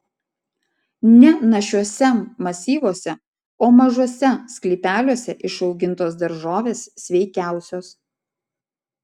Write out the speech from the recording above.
ne našiuose masyvuose o mažuose sklypeliuose išaugintos daržovės sveikiausios